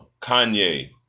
Kanye